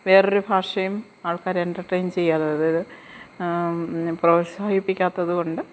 വേറൊരു ഭാഷയും ആള്ക്കാര് എൻറ്റർടൈൻ ചെയ്യാതെ അതായത് പ്രോത്സാഹിപ്പിക്കാത്തത് കൊണ്ട്